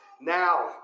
Now